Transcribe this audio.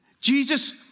Jesus